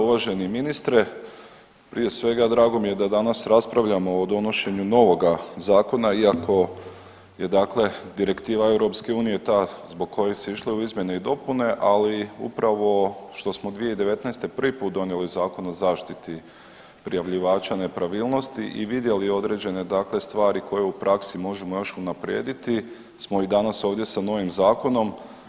Uvaženi ministre prije svega drago mi je da danas raspravljamo o donošenju novoga zakona iako je dakle direktiva EU ta zbog koje se išlo u izmjene i dopune, ali upravo što smo 2019. prvi put donijeli Zakon o zaštiti prijavljivača nepravilnosti i vidjeli određene dakle stvari koje u praksi možemo još unaprijediti smo i danas ovdje sa novim zakonom.